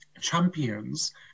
champions